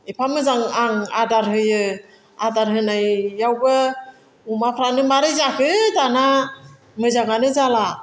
एफा मोजां आं आदार होयो आदार होनायावबो अमाफ्रानो मारै जाखो दाना मोजाङानो जाला